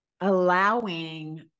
allowing